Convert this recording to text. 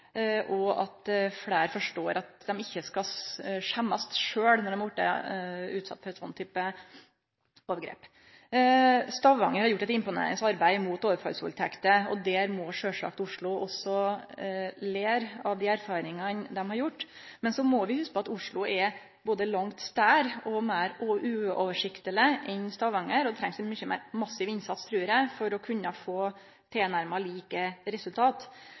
og at fleire forstår at dei ikkje skal skjemmast sjølve når dei har vorte utsette for ein slik type overgrep. Stavanger har gjort eit imponerande arbeid mot overfallsvaldtekter, og der må også Oslo sjølvsagt lære av dei erfaringane dei har gjort. Men så må vi hugse på at Oslo er både langt større og meir uoversiktleg enn Stavanger, og det trengst mykje meir massiv innsats i Oslo, trur eg, for å kunne få tilnærma like resultat.